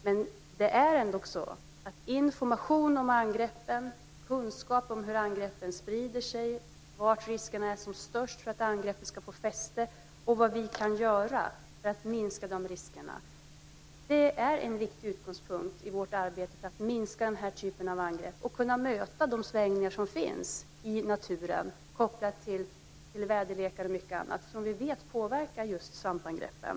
Men information om angreppen - kunskap om hur angreppen sprider sig, var riskerna för att angreppen ska få fäste är som störst och vad vi kan göra för att minska de riskerna - är en viktig utgångspunkt i vårt arbete för att minska den här typen av angrepp och för att kunna möta de svängningar som finns i naturen. Det är kopplat till väderlek och mycket annat, som vi vet påverkar just svampangreppen.